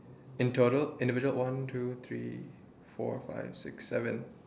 in total individual one two three four five six seven